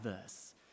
verse